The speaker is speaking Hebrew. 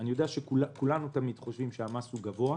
יודע שכולנו חושבים תמיד שהמס בישראל הוא גבוה,